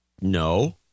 No